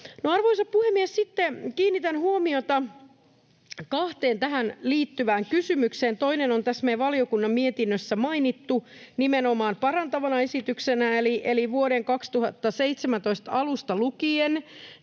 Arvoisa puhemies! Sitten kiinnitän huomiota kahteen tähän liittyvään kysymykseen. Toinen on tässä meidän valiokunnan mietinnössä mainittu nimenomaan parantavana esityksenä, eli vuoden 2017 alusta lukien